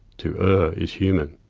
to err is human.